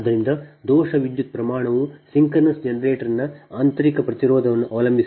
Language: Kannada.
ಆದ್ದರಿಂದ ದೋಷ ವಿದ್ಯುತ್ನ ಪ್ರಮಾಣವು ಸಿಂಕ್ರೊನಸ್ ಜನರೇಟರ್ನ ಆಂತರಿಕ ಪ್ರತಿರೋಧವನ್ನು ಅವಲಂಬಿಸಿರುತ್ತದೆ